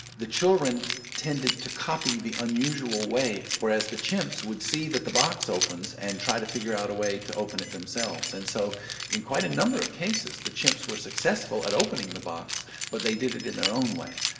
the children tended to copy the unusual way, whereas the chimps would see that the box opens and try to figure out a way to open it themselves. and so in quite a number of cases the chimps were successful at opening the box but they did it in their own way.